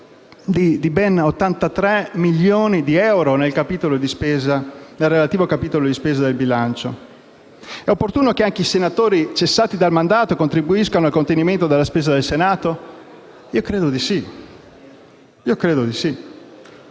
di ben 83 milioni di euro nel relativo capitolo di spesa del bilancio. È opportuno che anche i senatori, una volta cessati dal mandato, contribuiscano al contenimento della spesa del Senato? Credo di sì.